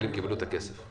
החיילים שקיבלו את הכסף.